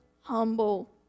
Humble